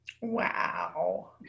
Wow